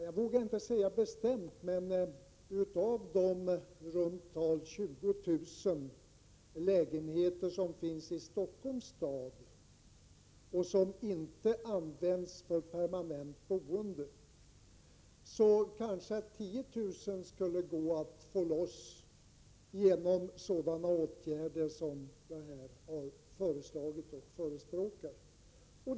Jag vågar inte säga bestämt, men i runda tal skulle det kanske gå att få loss 10 000 av de 20 000 lägenheter i Stockholm som inte används för permanent boende.